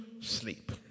sleep